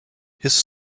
his